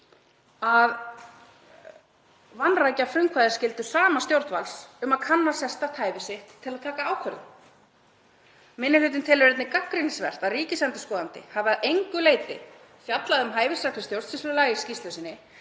að vanrækja frumkvæðisskyldu sama stjórnvalds um að kanna sérstakt hæfi sitt til að taka ákvörðun. Minni hlutinn telur gagnrýnisvert að ríkisendurskoðandi hafi að engu leyti fjallað um hæfisreglur stjórnsýslulaga í skýrslu sinni